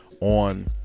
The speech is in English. on